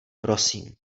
prosím